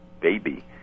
baby